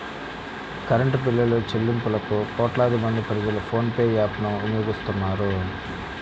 current బిల్లులుచెల్లింపులకు కోట్లాది మంది ప్రజలు ఫోన్ పే యాప్ ను వినియోగిస్తున్నారు